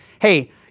hey